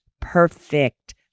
perfect